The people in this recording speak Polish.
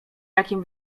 jakim